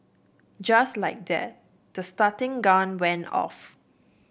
just like that the starting gun went off